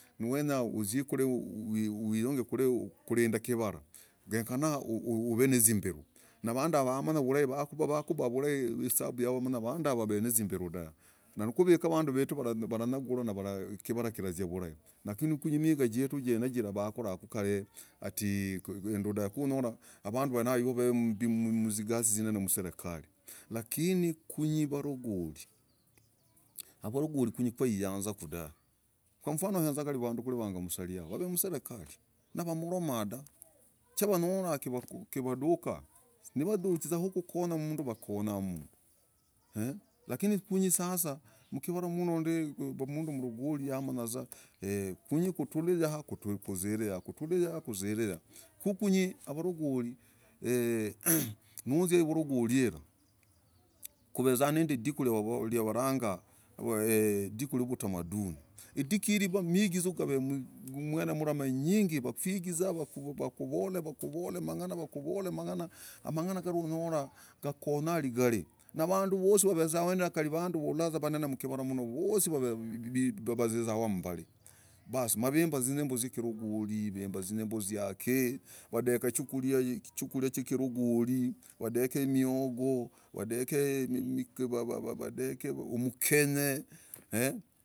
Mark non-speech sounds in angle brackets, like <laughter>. Noowenyah uzie kwiri kwalah huig <hesitation> kwiri kulindaa mkivarah gekanah huv <hesitation> nazimbiloo navanduu vaa wamanyah vulai wakubah wakubah wakubah hesabu yavooo wamanyah vanduu havaa wavenizimbiroo dahv <hesitation> nakuvikah vanduu wetu waranyagulah nawanduu nakivarah ilazia vurahi lakini kwiri miigaa jetuu jiraah vakoku kar <hesitation> hatiii kinduu dahv <hesitation> ninyolah vanduu veneavoo kuwav <hesitation> mgasii yaserekarii lakini kunyii varagoli varagoli kunyii kwaiyazah kuuu dahv <hesitation> kwamfano huezaa kwiri vanduu g <hesitation> msalia wamolomaku dahv <hesitation> nawev <hesitation> mserekarii chanyolah kiwadukah niwaduchii kukonyah mnduu wakonyah eeeee <hesitation> lakini kunyii sasa mkivarah mmno mnduu mlogoli amanyii vuzaa kunyii kutr <hesitation> yah kuzir <hesitation> yah kunyii wavaragoli kuvezaah nalidikuu yakulagaga lidikuu yatamadunii lidikuu hiii mwigizoo gavazaa manyingi wakwigizaa wavolah wavol <hesitation> mang'ana wakuvol <hesitation> mang'ana a mang'ana gara unyorah gakonyah ligari navanduu voosii wewezaa weneehayoo kali uulah wanene mkivarah mmnoo vihosii waw <hesitation> m <hesitation> wazizaa wammbal <hesitation> basi mawimbah zinyimbo yakuvolah lulagoli wembah zinyimbo ziaya kiii wedekah chukuria hirah chukuria chah kirogoli wandek <hesitation> miogoo wadek <hesitation> waaaaah wadek <hesitation> mkenyeen eeeeeee.